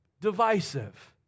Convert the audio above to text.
divisive